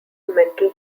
mental